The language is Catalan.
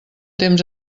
temps